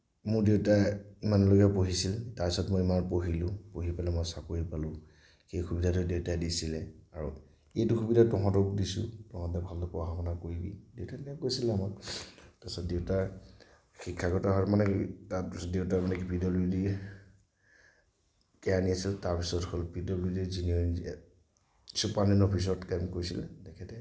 মোৰ দেউতাই ইমানলৈকে পঢ়িছিল তাৰপিছত মই ইমান পঢ়িলোঁ পঢ়ি পেলাই মই চাকৰি পালোঁ সেই সুবিধাটো দেউতাই দিছিলে আৰু এইটো সুবিধা তহঁতক দিছোঁ তহঁতে ভালদৰে পঢ়া শুনা কৰিবি দেউতাই মানে কৈছিলে আমাক তাৰপিছত দেউতাই শিক্ষাগতভাৱে মানে তাত দেউতাই মানে পি ডব্লিউ ডি কেৰাণী আছিল তাৰপিছত হ'ল P W D junior superintendent অফিচত কাম কৰিছিলে তেখেতে